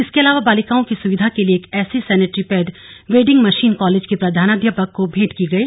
इसके अलावा बालिकाओं की सुविधा के लिये एक ऐसी sanitary pad vending machine college की प्रधानाध्यापक को भेंट की गई